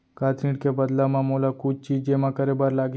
का ऋण के बदला म मोला कुछ चीज जेमा करे बर लागही?